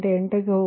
8ಕ್ಕೆ ಹೋಗುತ್ತದೆ